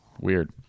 weird